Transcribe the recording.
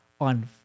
on